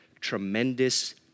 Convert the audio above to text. tremendous